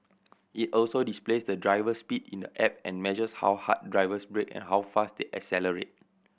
it also displays the driver's speed in the app and measures how hard drivers brake and how fast they accelerate